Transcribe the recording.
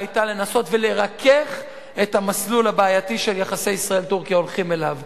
היתה לנסות ולרכך את המסלול הבעייתי שיחסי ישראל-טורקיה הולכים אליו.